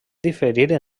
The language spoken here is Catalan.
diferir